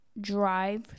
drive